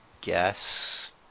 guess